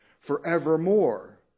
forevermore